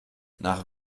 nach